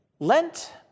Lent